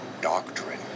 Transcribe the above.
Doctrine